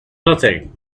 nothing